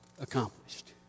accomplished